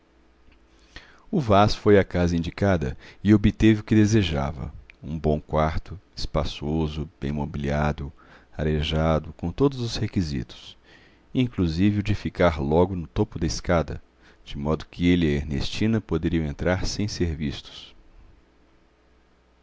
o vaz foi à casa indicada e obteve o que desejava um bom quarto espaçoso bem mobiliado arejado com todos os requisitos inclusive o de ficar logo no topo da escada de modo que ele e a ernestina poderiam entrar sem ser vistos